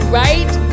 right